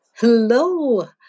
Hello